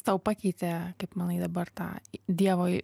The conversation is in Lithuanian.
tau pakeitė kaip manai dabar tą dievo